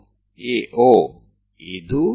AE એ આ છે